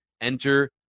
enter